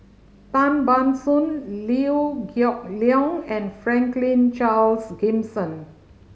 Tan Ban Soon Liew Geok Leong and Franklin Charles Gimson